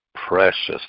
precious